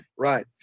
Right